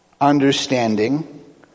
Understanding